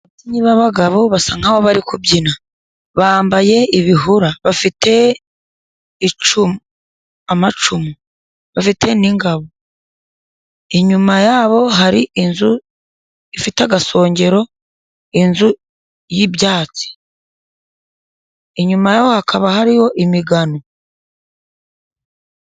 Niba abagabo basa nkaho bari kubyina, bambaye ibihura, bafite amacumu, bafite n'ingabo, inyuma yabo hari inzu ifite agasongero, inzu y'ibyatsi, inyuma hakaba hariho imigano.